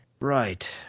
Right